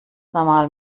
normal